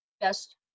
best